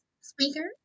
speaker